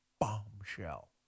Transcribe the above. Bombshell